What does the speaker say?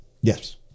Yes